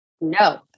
No